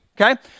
okay